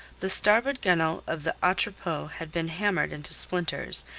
the starboard gunwale of the atropos had been hammered into splinters,